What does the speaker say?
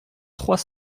trois